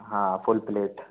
हाँ full plate